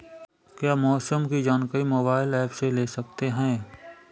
क्या मौसम की जानकारी मोबाइल ऐप से ले सकते हैं?